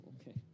Okay